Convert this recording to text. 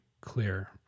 clear